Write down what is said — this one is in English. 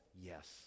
yes